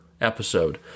episode